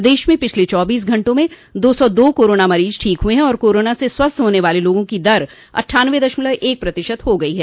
प्रदेश में पिछले चौबीस घंटों में दो सौ दो कोरोना मरीज ठीक हुए है और कोरोना से स्वस्थ होने की दर अट्ठानवे दशमलव एक आठ प्रतिशत हो गई है